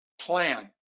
plan